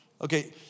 Okay